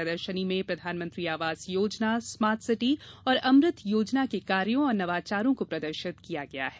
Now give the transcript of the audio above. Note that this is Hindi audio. प्रदर्शनी में प्रधानमंत्री आवास योजना स्मार्ट सिटी और अमृत योजना के कार्यों और नवाचारों को प्रदर्शित किया गया है